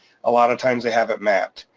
a lot of times they have it mapped.